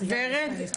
ורד.